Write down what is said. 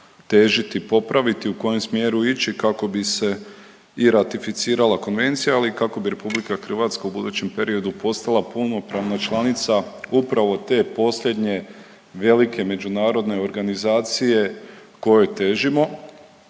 težiti, popraviti, u kojem smjeru ići kako bi se i ratificirala konvencija, ali i kako bi Republika Hrvatska u budućem periodu postala punopravna članica upravo te posljednje velike međunarodne organizacije kojoj težimo.